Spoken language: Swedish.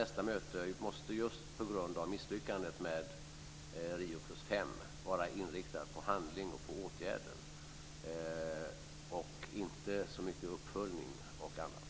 Nästa möte måste just på grund av misslyckandet med Rio + 5 vara inriktat på handling och på åtgärder och inte så mycket på uppföljning och annat.